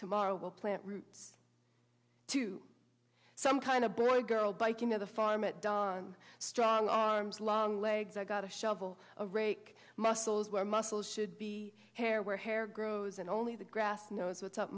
tomorrow will plant roots to some kind of boy girl biking to the farm at dawn strong arms long legs i got a shovel a rake muscles where muscles should be hair where hair grows and only the grass knows what's up